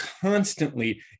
constantly